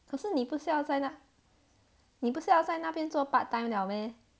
可是你不是要在那你不是要在那边做 part time liao meh